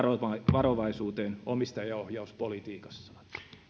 varovaisuuteen omistajaohjauspolitiikassaan